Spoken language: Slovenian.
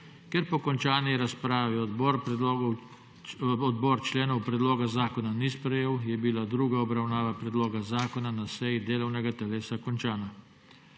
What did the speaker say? Ker po končani razpravi odbor členov predloga zakona ni sprejel, je bila druga obravnava predloga zakona na seji delovnega telesa končana.